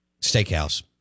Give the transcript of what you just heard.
steakhouse